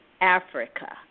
Africa